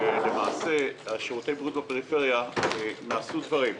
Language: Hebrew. שלמעשה שירותי הבריאות בפריפריה - נעשו דברים.